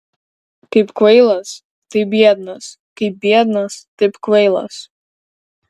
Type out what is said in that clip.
kaip kvailas taip biednas kaip biednas taip kvailas